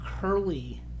curly